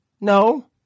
No